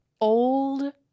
Old